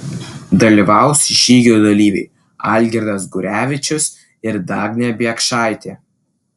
dalyvaus žygio dalyviai algirdas gurevičius ir dagnė biekšaitė